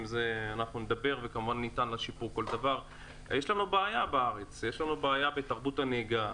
יש בעיה בארץ שהיא קשורה בתרבות הנהיגה.